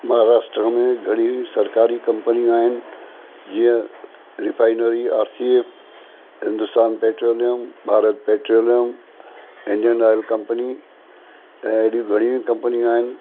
महाराष्ट्रा में घणियूं ई सरकारी कंपनियूं आहिनि जीअं refinery R C M Hindustan petroleum Bharat petroleum Indian oil company ऐं अहिड़ी घणियूं ई कंपनियूं आहिनि